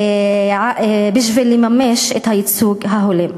בשביל לממש את חובת הייצוג ההולם.